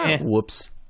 Whoops